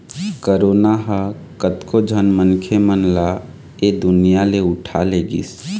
corona ह कतको झन मनखे मन ल ऐ दुनिया ले उठा लेगिस